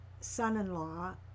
son-in-law